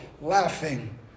laughing